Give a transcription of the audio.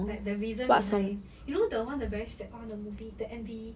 like the reason behind you know the one the very one the movie the M_V